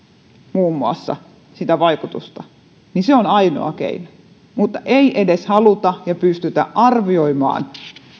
muun muassa sitä vaikutusta on ainoa keino mutta ei edes haluta ja pystytä arvioimaan